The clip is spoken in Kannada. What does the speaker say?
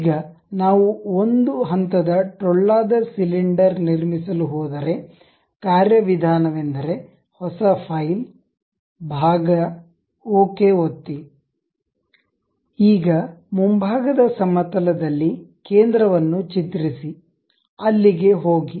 ಈಗ ನಾವು ಒಂದು ಹಂತದ ಟೊಳ್ಳಾದ ಸಿಲಿಂಡರ್ ನಿರ್ಮಿಸಲು ಹೋದರೆ ಕಾರ್ಯವಿಧಾನವೆಂದರೆ ಹೊಸ ಫೈಲ್ ಭಾಗಓಕೆ ಒತ್ತಿ ಈಗ ಮುಂಭಾಗದ ಸಮತಲ ದಲ್ಲಿ ಕೇಂದ್ರವನ್ನು ಚಿತ್ರಿಸಿ ಅಲ್ಲಿಗೆ ಹೋಗಿ